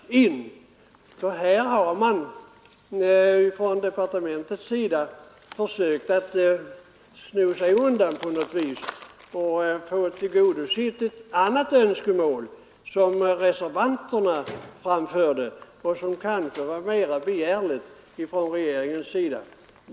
Här har departementet försökt att sno sig undan och få det önskemål tillgodosett som reservanterna framförde och som kanske var mera tilltalande för regeringen.